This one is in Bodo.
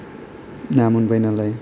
ना मोनबाय नालाय